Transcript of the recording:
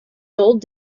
gold